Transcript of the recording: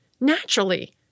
naturally